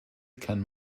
kann